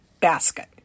basket